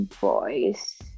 boys